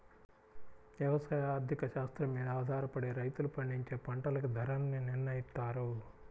యవసాయ ఆర్థిక శాస్త్రం మీద ఆధారపడే రైతులు పండించే పంటలకి ధరల్ని నిర్నయిత్తారు